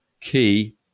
key